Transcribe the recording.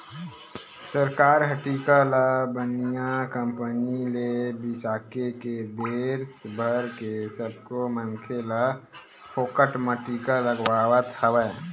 सरकार ह टीका ल बनइया कंपनी ले बिसाके के देस भर के सब्बो मनखे ल फोकट म टीका लगवावत हवय